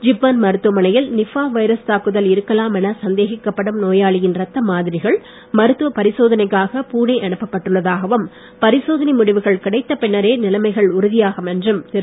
ஜிப்மர் மருத்துவமனையில் Nipah virus தாக்குதல் இருக்கலாம் என சந்தேகிக்கப்படும் நோயாளியின் ரத்த மாதிரிகள் மருத்துவ பரிசோதனைக்காக புனே க்கு அனுப்ப பட்டுள்ளதாகவும் பரிசோதனை முடிவுகள் கிடைத்த பின்னரே நிலமைகள் உறுதியாகும் என்றும் திரு